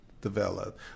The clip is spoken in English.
developed